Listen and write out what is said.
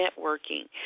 networking